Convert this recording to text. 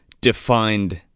defined